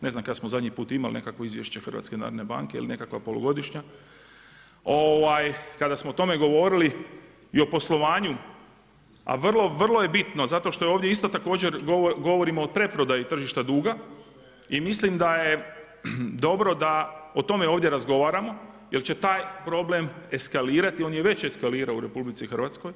Ne znam kada smo zadnji puta imali nekakvo izvješće Hrvatske narodne banke ili nekakva polugodišnja, kada smo o tome govorili i o poslovanju a vrlo, vrlo je bitno zato što ovdje isto također govorimo o preprodaji tržišta duga i mislim da je dobro da o tome ovdje razgovaramo jer će taj problem eskalirati, on je već eskalirao u RH.